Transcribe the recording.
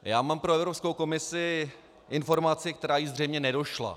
Já mám pro Evropskou komisi informaci, která jí zřejmě nedošla.